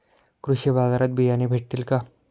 कृषी बाजारात बियाणे भेटतील का?